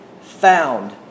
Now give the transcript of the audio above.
found